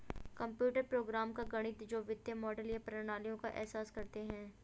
computer program का गणित जो वित्तीय मॉडल या प्रणालियों का एहसास करते हैं